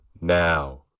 Now